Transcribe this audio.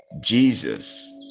Jesus